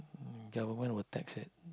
government will tax it